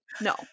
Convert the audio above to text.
no